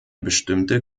bestimmte